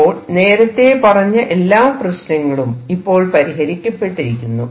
അപ്പോൾ നേരത്തെ പറഞ്ഞ എല്ലാ പ്രശ്നങ്ങളും ഇപ്പോൾ പരിഹരിക്കപ്പെട്ടിരിക്കുന്നു